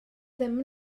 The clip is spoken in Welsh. ddim